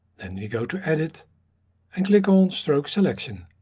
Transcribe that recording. then we go to edit and click on stroke selection.